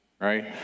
right